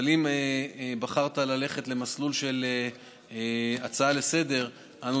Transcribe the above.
אבל אם בחרת ללכת למסלול של הצעה לסדר-היום,